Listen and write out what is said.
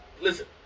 listen